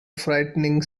frightening